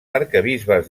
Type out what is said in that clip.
arquebisbes